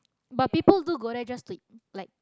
but people do go there just to like